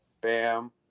Bam